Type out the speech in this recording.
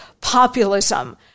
populism